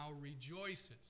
rejoices